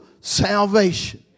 salvation